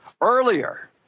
earlier